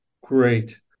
Great